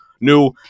new